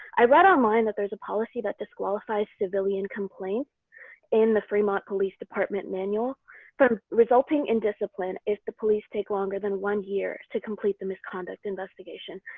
i read online that there's a policy that disqualifies civilian complaints in the fremont police department manual but resulting in discipline if the police take longer than one year to complete the misconduct investigation.